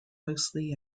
mostly